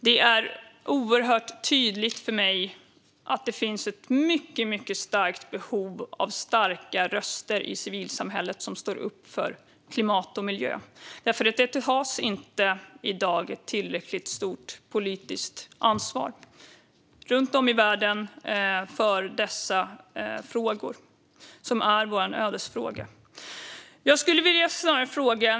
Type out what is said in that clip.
Det är oerhört tydligt för mig att det finns ett mycket stort behov av starka röster i civilsamhället som står upp för klimat och miljö, för i dag tas inte ett tillräckligt stort politiskt ansvar runtom i världen för dessa frågor, som är våra ödesfrågor. Jag skulle vilja ställa en fråga.